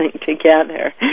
together